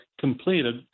completed